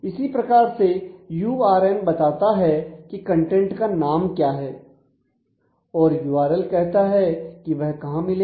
इसी प्रकार से यूआरएन बताता है कि कंटेंट का नाम क्या है और यूआरएल कहता है कि वह कहां मिलेगा